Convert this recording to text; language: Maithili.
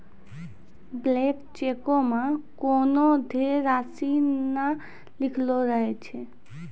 ब्लैंक चेको मे कोनो देय राशि नै लिखलो रहै छै